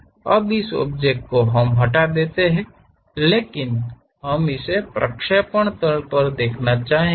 अब इस ऑब्जेक्ट को हम हटा देते हैं लेकिन हम इसे प्रक्षेपण तल पर देखना चाहेंगे